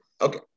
Okay